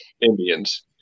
Indians